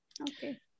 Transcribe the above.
Okay